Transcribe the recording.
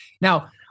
Now